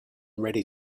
ready